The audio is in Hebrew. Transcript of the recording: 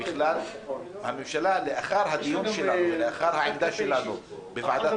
לאחר הדיון שלנו והעמדה שלנו בוועדת